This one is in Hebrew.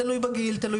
תלוי בגיל, תלוי